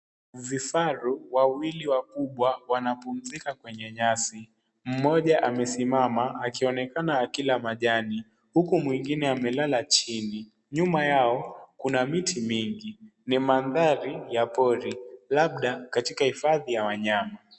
Vifaru wawili wakubwa wanapumzika kwenye nyasi. Mmoja amesimama akionekana kukula nyasi huku mwingine amelala chini. Nyuma yao kuna miti mingi. Ni mandhari ya pori labda katika hifadhi ya wanyama.